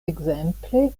ekzemple